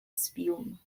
spume